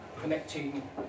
connecting